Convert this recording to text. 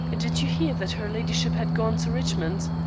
did you hear that her ladyship had gone to richmond?